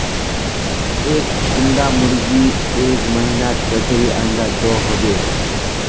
एक कुंडा मुर्गी एक महीनात कतेरी अंडा दो होबे?